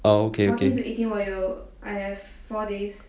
oh okay okay